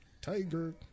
Tiger